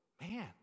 man